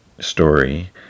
story